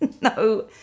no